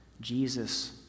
Jesus